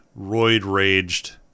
roid-raged